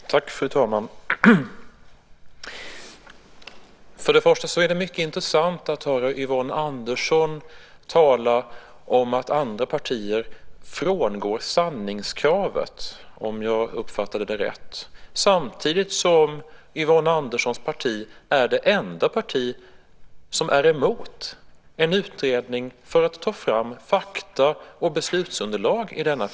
Fru talman! Först och främst vill jag säga att det är mycket intressant att höra Yvonne Andersson tala om att andra partier frångår sanningskravet - om jag uppfattade det rätt. Samtidigt är Yvonne Anderssons parti det enda partiet som är mot en utredning för att ta fram fakta och beslutsunderlag i frågan.